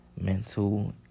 mental